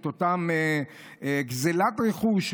את אותה גזלת רכוש.